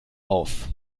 auf